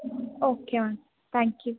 okay ma'am thank you